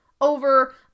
over